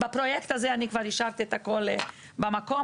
בפרויקט הזה כבר השארתי הכול במקום,